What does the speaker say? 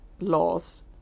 laws